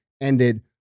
ended